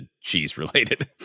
cheese-related